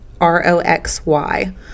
R-O-X-Y